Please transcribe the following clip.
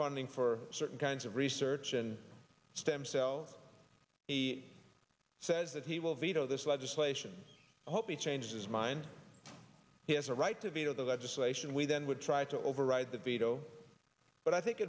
funding for certain kinds of research and stem cell he says that he will veto this legislation i hope he changes his mind he has a right to veto the legislation we then would try to override that veto but i think